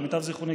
למיטב זיכרוני,